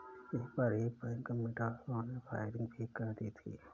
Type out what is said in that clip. एक बार एक बैंक में डाकुओं ने फायरिंग भी कर दी थी